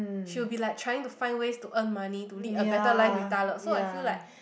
she will be like trying to find ways to earn money to lead a better life with Da-Le so I feel like